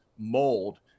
mold